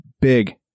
big